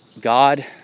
God